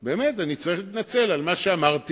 באמת, אני צריך להתנצל על מה שאמרתי.